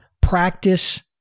practice